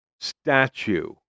statue